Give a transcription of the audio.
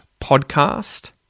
podcast